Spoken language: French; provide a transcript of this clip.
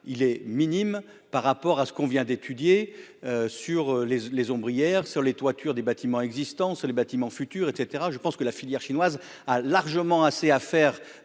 il est minime par rapport à ce qu'on vient d'étudier sur les les ombres hier sur les toitures des bâtiments existants sur les bâtiments futur et cetera, je pense que la filière chinoise a largement assez à faire